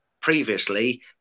previously